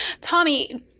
Tommy